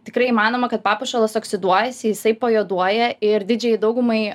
tikrai įmanoma kad papuošalas oksiduojasi jisai pajuoduoja ir didžiajai daugumai